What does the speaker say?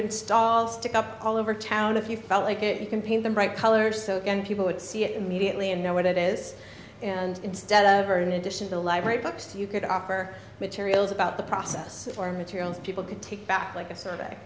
install stick up all over town if you felt like it you can paint them bright colors so people would see it immediately and know what it is and instead in addition to the library books you could offer materials about the process for materials people to take back like a survey